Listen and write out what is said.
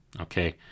okay